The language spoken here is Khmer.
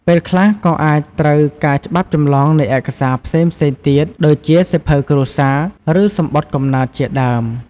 ពេលខ្លះក៏អាចត្រូវការច្បាប់ចម្លងនៃឯកសារផ្សេងៗទៀត ដូចជាសៀវភៅគ្រួសារ ឬសំបុត្រកំណើតជាដើម។